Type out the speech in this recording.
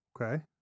Okay